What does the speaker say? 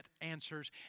answers